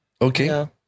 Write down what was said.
okay